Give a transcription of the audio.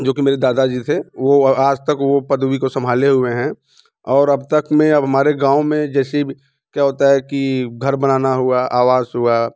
जोकि मेरे दादा जी थे वो आज तक वो पदवी को संभाले हुए हैं और अब तक में अब हमारे गाँव में जैसे अभी क्या होता है कि घर बनाना हुआ आवास हुआ